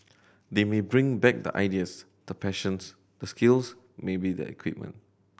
they may bring back the ideas the passions the skills maybe the equipment